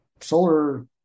solar